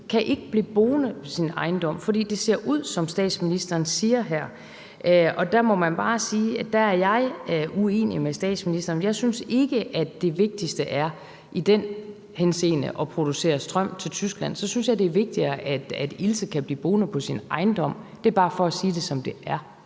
kan blive boende på sin ejendom, fordi der ser ud, som statsministeren siger her. Og der må jeg bare sige, at der er jeg uenig med statsministeren, for jeg synes ikke, at det vigtigste i den henseende er at producere strøm til Tyskland; så synes jeg, det er vigtigere, at Ilse kan blive boende på sin ejendom. Det er bare for at sige det, som det er.